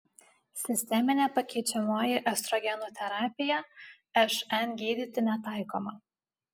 sisteminė pakeičiamoji estrogenų terapija šn gydyti netaikoma